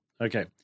Okay